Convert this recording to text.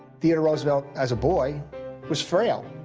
theodore roosevelt as a boy was frail,